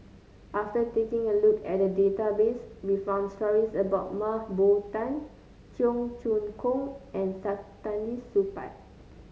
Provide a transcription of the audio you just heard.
after taking a look at database we found stories about Mah Bow Tan Cheong Choong Kong and Saktiandi Supaat